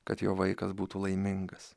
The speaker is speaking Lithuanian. kad jo vaikas būtų laimingas